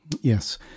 yes